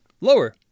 lower